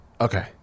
Okay